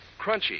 crunchy